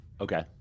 Okay